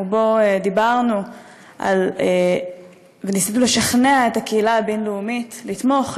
ובו דיברנו וניסינו לשכנע את הקהילה הבין-לאומית לתמוך,